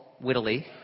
wittily